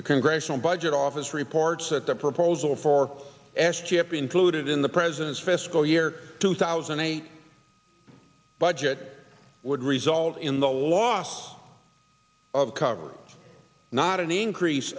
the congressional budget office reports that the proposal for s chip included in the president's fiscal year two thousand and eight budget would result in the loss of coverage not an increase